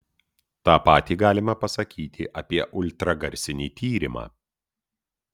tą patį galima pasakyti apie ultragarsinį tyrimą